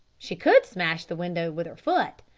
she could smash the windows with her foot.